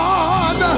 God